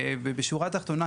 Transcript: בשורה התחתונה,